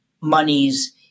monies